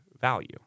value